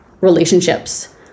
relationships